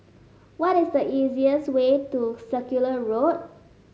what is the easiest way to Circular Road